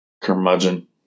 Curmudgeon